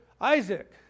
Isaac